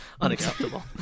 Unacceptable